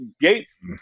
Gates